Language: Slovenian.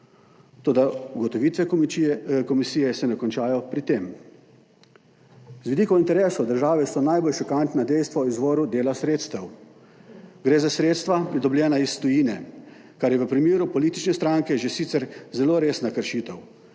Toda ugotovitve komisije se ne končajo pri tem. Z vidika interesov države so najbolj šokantna dejstva o izvoru dela sredstev. Gre za sredstva, pridobljena iz tujine, kar je v primeru politične stranke že sicer zelo resna kršitev,